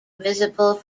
visible